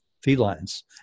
felines